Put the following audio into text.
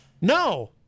No